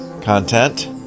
content